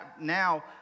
now